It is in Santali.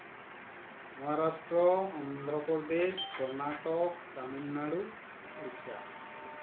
ᱢᱚᱦᱟᱨᱟᱥᱴᱨᱚ ᱚᱱᱫᱷᱨᱚᱯᱨᱚᱫᱮᱥ ᱠᱚᱨᱱᱟᱴᱚᱠ ᱛᱟᱢᱤᱞᱱᱟᱲᱩ ᱳᱲᱤᱥᱥᱟ